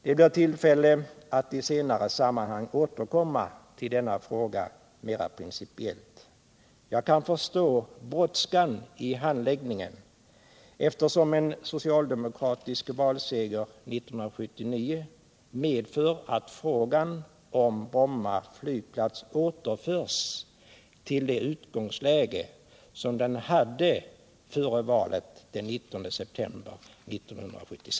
Det blir tillfälle att i senare sammanhang återkomma till denna frågan mera principiellt. Jag kan förstå brådskan i handläggningen, eftersom en socialdemokratisk valseger 1979 medför att frågan om Bromma Om trafiken på Bromma flygplats Om trafiken på Bromma flygplats